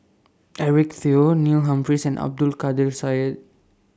Eric Teo Neil Humphreys and Abdul Kadir Syed